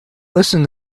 listen